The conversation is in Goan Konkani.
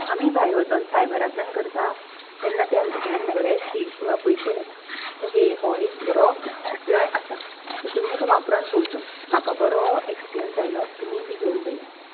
आमी भायर वचोन सायबरांतल्यान करता तेन्ना तें आमचे कडल्यान बरेंच फी किंवां पयशे घेता सो हे हो एक बरो उपयाय आसा सो तुमी तो वापरान पोवचो म्हाका बरो एक्सपिरियन्स आयलो तुमीय बी घेवन पयात